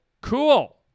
cool